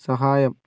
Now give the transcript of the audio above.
സഹായം